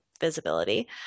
visibility